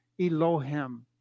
Elohim